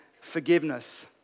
forgiveness